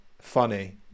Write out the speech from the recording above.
Funny